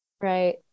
Right